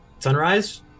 Sunrise